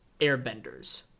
Airbenders